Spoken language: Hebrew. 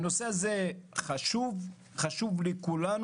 הנושא הזה חשוב, הוא חשוב לכולנו.